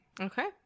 Okay